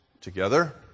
together